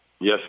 Yes